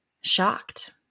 shocked